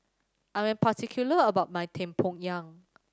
I am particular about my tempoyak